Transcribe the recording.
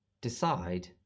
decide